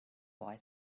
boy